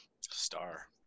Star